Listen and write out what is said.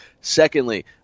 secondly